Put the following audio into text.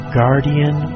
guardian